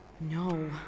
No